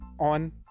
on